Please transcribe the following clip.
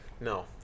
No